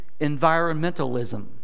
environmentalism